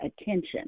attention